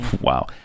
Wow